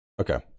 Okay